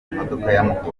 imodoka